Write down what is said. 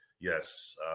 yes